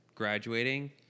Graduating